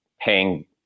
paying